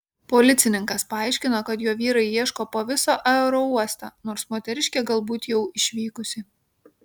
policininkas paaiškino kad jo vyrai ieško po visą aerouostą nors moteriškė galbūt jau išvykusi